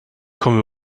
komme